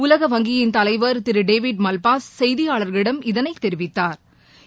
உலக வங்கியின் தலைவர் திரு டேவிட் மல்பாஸ் செய்தியாளர்களிடம் இதனை தெரிவித்தாா்